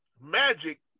Magic